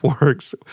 works